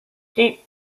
deep